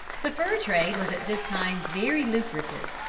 the fur trade was at this time very lucrative.